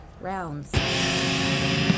rounds